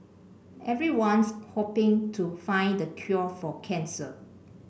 everyone's hoping to find the cure for cancer